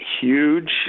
Huge